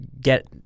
get